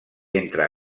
entre